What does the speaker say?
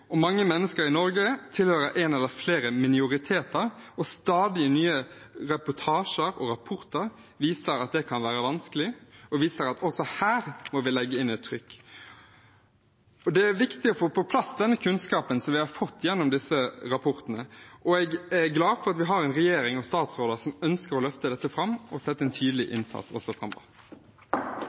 arbeidsliv. Mange mennesker i Norge tilhører en eller flere minoriteter, og stadig nye reportasjer og rapporter viser at det kan være vanskelig, og at også her må vi legge inn et trykk. Det er viktig å få på plass den kunnskapen som vi har fått gjennom disse rapportene, og jeg er glad for at vi har en regjering og statsråder som ønsker å løfte dette fram og sette inn en tydelig innsats også framover.